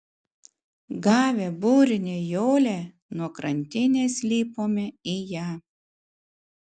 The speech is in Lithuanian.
gavę burinę jolę nuo krantinės lipome į ją